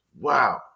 Wow